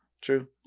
True